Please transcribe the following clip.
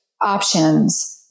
options